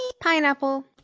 Pineapple